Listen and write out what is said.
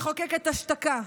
מחוקקת השתקה,